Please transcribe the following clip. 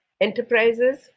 Enterprises